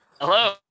Hello